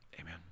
Amen